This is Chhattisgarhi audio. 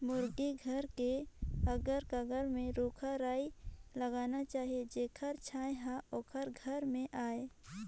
मुरगी घर के अगर कगर में रूख राई लगाना चाही जेखर छांए हर ओखर घर में आय